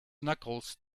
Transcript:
knuckles